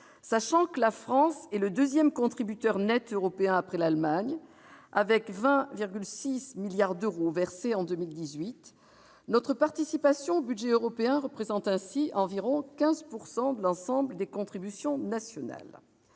sachant que la France est le deuxième contributeur net européen, après l'Allemagne, avec 20,6 milliards d'euros versés en 2018. Notre participation au budget européen représente ainsi environ 15 % de l'ensemble des contributions nationales.